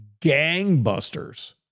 gangbusters